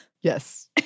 Yes